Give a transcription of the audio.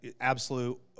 absolute